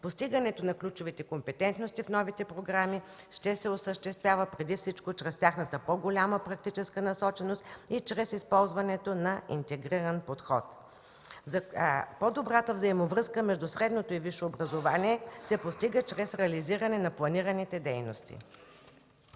Постигането на ключовите компетентности в новите програми ще се осъществява преди всичко чрез тяхната по-голяма практическа насоченост и чрез използването на интегриран подход. По-добрата взаимовръзка между средното и висшето образование се постига чрез реализиране на планираните дейности.